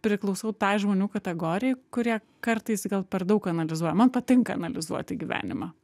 priklausau tai žmonių kategorijai kurie kartais gal per daug analizuoja man patinka analizuoti gyvenimą